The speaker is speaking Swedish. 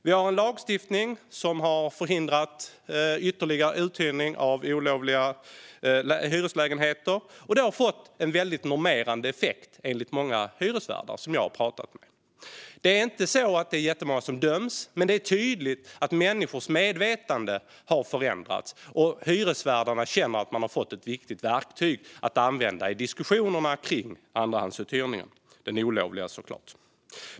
Vi har en lagstiftning som har förhindrat ytterligare olovlig uthyrning av hyreslägenheter, och det har enligt många hyresvärdar som jag har pratat med fått en väldigt normerande effekt. Det är inte jättemånga som döms, men det är tydligt att människors medvetande har förändrats. Hyresvärdarna känner också att de har fått ett viktigt verktyg att använda i diskussionerna kring den olovliga andrahandsuthyrningen.